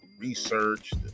researched